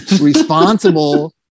responsible